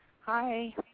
Hi